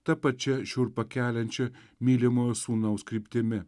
ta pačia šiurpą keliančia mylimojo sūnaus kryptimi